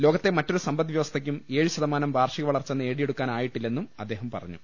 ലോകത്തെ മറ്റൊരു സമ്പദ്വ്യവസ്ഥയ്ക്കും ഏഴ് ശതമാനം വാർഷിക വളർച്ച നേടി യെടുക്കാനായിട്ടില്ലെന്നും അദ്ദേഹം പറഞ്ഞു